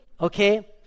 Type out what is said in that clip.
okay